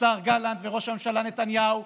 השר גלנט וראש הממשלה נתניהו,